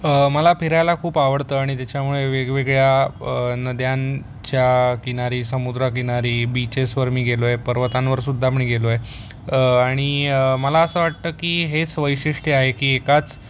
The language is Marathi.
मला फिरायला खूप आवडतं आणि त्याच्यामुळे वेगवेगळ्या नद्यांच्या किनारी समुद्रकिनारी बीचेसवर मी गेलोय पर्वतांवर सुद्धा मी गेलो आहे आणि मला असं वाटतं की हेच वैशिष्ट्य आहे की एकाच